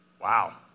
Wow